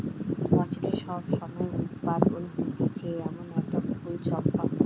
বছরের সব সময় উৎপাদন হতিছে এমন একটা ফুল চম্পা